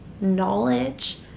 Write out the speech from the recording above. knowledge